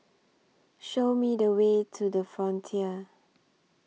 Show Me The Way to The Frontier